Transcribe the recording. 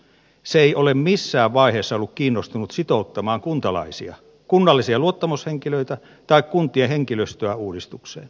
se ei ole missään vaiheessa ollut kiinnostunut sitouttamaan kuntalaisia kunnallisia luottamushenkilöitä tai kuntien henkilöstöä uudistukseen